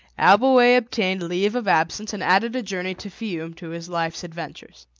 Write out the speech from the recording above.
abbleway obtained leave of absence and added a journey to fiume to his life's adventures.